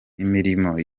imirimo